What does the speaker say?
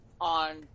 on